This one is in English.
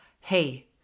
hey